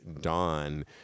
Dawn